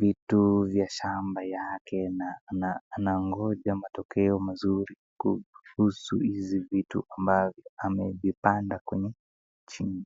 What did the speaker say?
vitu vya shamba yake na anangoja matokeo mazuri kuhusu hizi vitu ambavyo amevipanda kwenye shimo.